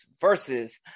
versus